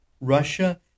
Russia